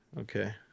okay